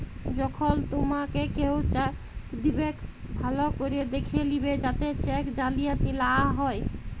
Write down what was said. যখল তুমাকে কেও চ্যাক দিবেক ভাল্য ক্যরে দ্যাখে লিবে যাতে চ্যাক জালিয়াতি লা হ্যয়